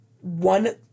one